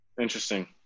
Interesting